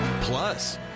Plus